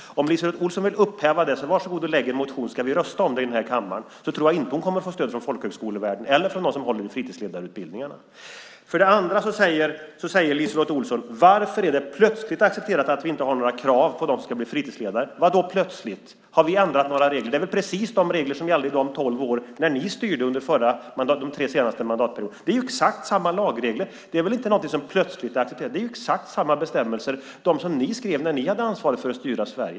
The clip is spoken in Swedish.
Om LiseLotte Olsson vill upphäva detta, så varsågod och lägg en motion! Sedan ska vi rösta om det här i kammaren. Jag tror inte att hon kommer att få stöd från folkhögskolevärlden eller från dem som håller i fritidsledarutbildningarna. Dessutom säger LiseLotte Olsson: Varför är det plötsligt accepterat att vi inte har några krav på dem som ska bli fritidsledare? Vad då plötsligt? Har vi ändrat några regler? Det är precis de regler som gällde under de tolv år då ni styrde under de tre senaste mandatperioderna. Det är exakt samma lagregler. Det är inte någonting som plötsligt är accepterat. Det är exakt samma bestämmelser som ni skrev när ni hade ansvaret för att styra Sverige.